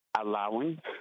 allowing